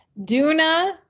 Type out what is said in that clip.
Duna